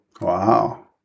Wow